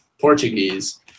Portuguese